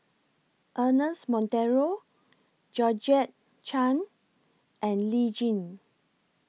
Ernest Monteiro Georgette Chen and Lee Tjin